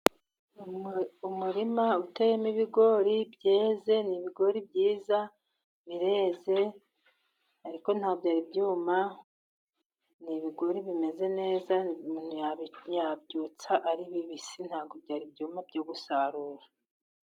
Umurima uteyemo ibigori byeze, ni ibigori byiza bireze, ariko ntibyari byuma ni ibigori bimeze neza. Umuntu yabyotsa ari bibisi, nta bwo byari byuma byo gusarura.